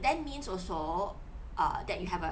then means also err that you have a